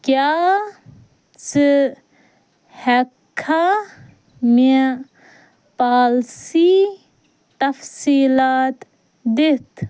کیٛاہ ژٕ ہیٚکہٕ کھا مےٚ پوٛالسی تفصیٖلات دِتھ